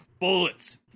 Bullets